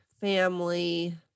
family